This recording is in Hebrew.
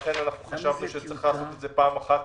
לכן חשבנו שצריך לעשות את זה פעם אחת